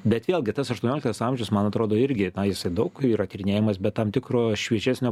bet vėlgi tas aštuonioliktas amžius man atrodo irgi na jisai daug yra tyrinėjamas bet tam tikro šviežesnio